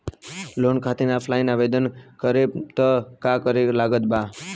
Loan खातिर offline आवेदन करे म का का लागत बा?